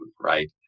right